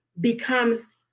becomes